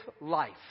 life